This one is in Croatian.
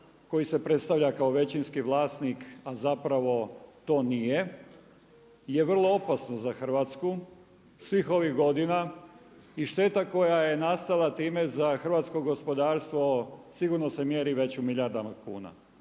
koji se predstavlja kao većinski vlasnik a zapravo to nije je vrlo opasno za Hrvatsku svih ovih godina. I šteta koja je nastala time za hrvatsko gospodarstvo sigurno se mjeri već u milijardama kuna.